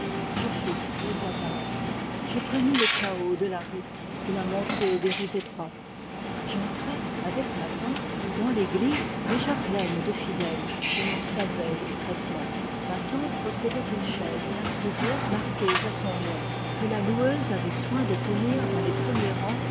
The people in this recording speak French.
je fus du voyage je connus les cahots de la route et la montée des rues étroites j'entrai avec ma tante da'ns l'église déjà pleine de fidèles où l'on saluait discrètement ma tante possédait une chaise et un prie-dieu marqués à son nom que la loueuse avait soin de tenir dans les premiers rangs